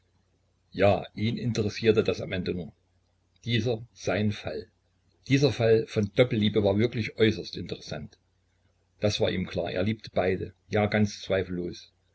ja ihn interessierte das am ende nur dieser sein fall dieser fall von doppelliebe war wirklich äußerst interessant das war ihm klar er liebte beide ja ganz zweifellos